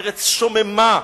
ארץ שוממה,